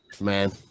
man